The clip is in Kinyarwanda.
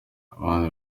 abandi